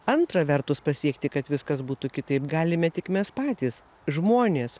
antra vertus pasiekti kad viskas būtų kitaip galime tik mes patys žmonės